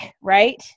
right